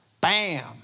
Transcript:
Bam